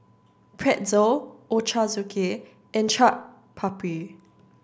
Pretzel Ochazuke and Chaat Papri